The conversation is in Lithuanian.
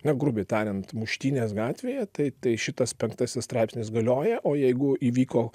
na grubiai tariant muštynės gatvėje tai tai šitas penktasis straipsnis galioja o jeigu įvyko